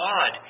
God